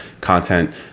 content